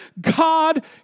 God